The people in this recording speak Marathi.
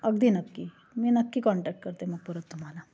अगदी नक्की मी नक्की कॉन्टॅक्ट करते मग परत तुम्हाला